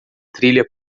trilha